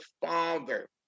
father